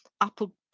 Apple